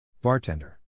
bartender